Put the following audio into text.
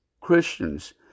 Christians